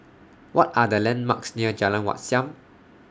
What Are The landmarks near Jalan Wat Siam